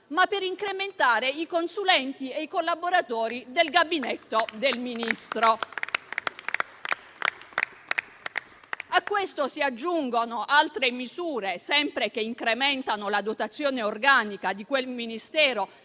per incrementare i consulenti e i collaboratori del Gabinetto del Ministro. A questo si aggiungono altre misure, sempre volte a incrementare la dotazione organica di quel Ministero